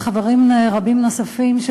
וחברים רבים נוספים,